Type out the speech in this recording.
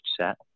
set